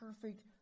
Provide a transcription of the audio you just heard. perfect